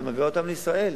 ומעבירה אותם לישראל,